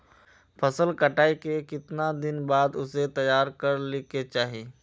फसल कटाई के कीतना दिन बाद उसे तैयार कर ली के चाहिए?